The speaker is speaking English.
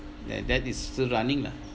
that that is still running lah